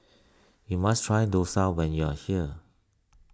you must try Dosa when you are here